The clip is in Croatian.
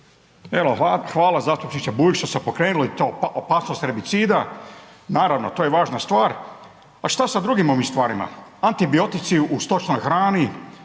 hvala zastupniče Bulj što ste pokrenuli to, opasnost herbicida. Naravno to je važna stvar, a šta sa drugim ovim stvarima. Antibiotici u stočnoj hrani,